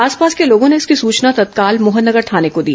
आसपास के लोगों ने इसकी सचना तत्काल मोहन नगर थाने को दी